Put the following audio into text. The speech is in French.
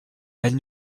elle